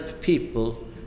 people